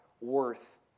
worth